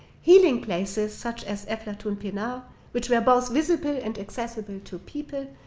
healing places such as eflatun pinar which were both visible and accessible to people,